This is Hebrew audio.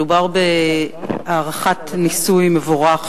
מדובר בהארכת ניסוי מבורך,